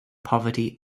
poverty